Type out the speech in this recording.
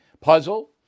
Puzzle